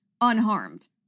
unharmed